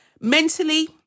Mentally